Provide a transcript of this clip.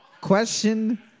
question